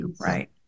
Right